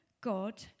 God